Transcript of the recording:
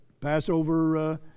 Passover